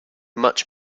much